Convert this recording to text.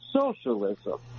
socialism